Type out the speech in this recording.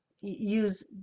use